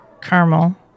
caramel